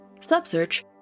Subsearch